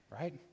right